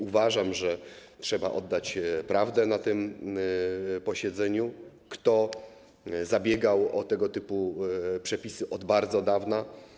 Uważam, że trzeba oddać prawdę na tym posiedzeniu i przypomnieć, kto zabiegał o tego typu przepisy od bardzo dawna.